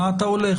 למה אתה הולך?